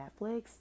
Netflix